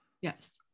Yes